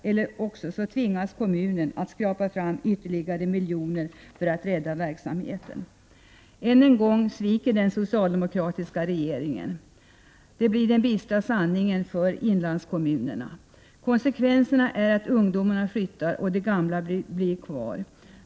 Eller också tvingas kommunen att skrapa fram ytterligare miljoner för att rädda verksamheten. Än en gång sviker den socialdemokratiska regeringen. Det blir den bistra sanningen för inlandskommunerna. Konsekvenserna är att ungdomarna flyttar och de gamla blir kvar.